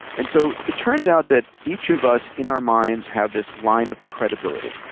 and so it turns out that each of us, in our minds, have this line of credibility.